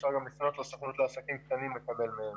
אפשר גם לפנות לסוכנות לעסקים קטנים ולקבל מהם.